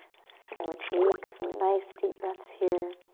so take some nice deep breaths here.